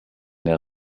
der